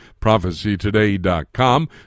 prophecytoday.com